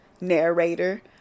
narrator